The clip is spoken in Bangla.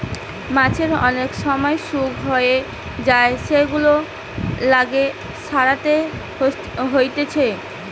মাছের অনেক সময় অসুখ হয়ে যায় সেগুলাকে সারাতে হতিছে